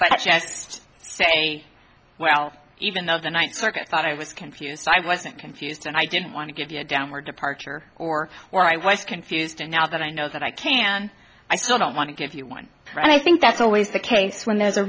just say well even though the ninth circuit thought i was confused i wasn't confused and i didn't want to give you a downward departure or where i was confused and now that i know that i can i still don't want to give you one and i think that's always the case when there's a